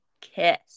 kiss